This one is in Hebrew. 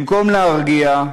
במקום להרגיע,